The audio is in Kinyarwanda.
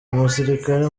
umusirikare